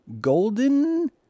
golden